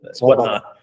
whatnot